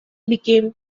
became